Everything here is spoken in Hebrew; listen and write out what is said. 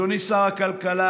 אדוני שר הכלכלה,